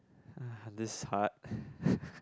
ah this is hard